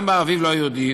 גם באביב במגזר הלא-יהודי.